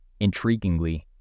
Intriguingly